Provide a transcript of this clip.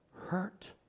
hurt